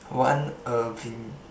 one Ervin